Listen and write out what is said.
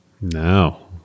No